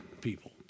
people